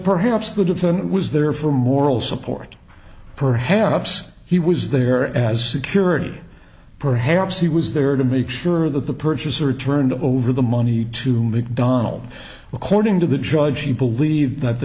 perhaps the defendant was there for moral support perhaps he was there as a curator perhaps he was there to make sure that the purchaser turned over the money to mcdonald according to the judge she believed that the